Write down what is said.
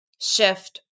shift